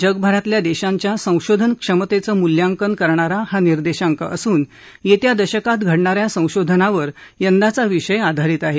जगभरातल्या देशांच्या संशोधन क्षमतेचं मूल्यांकन करणारा हा निर्देशांक असून येत्या दशकात घडणा या संशोधनावर यंदाचा विषय आधारित आहे